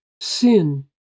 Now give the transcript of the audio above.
sin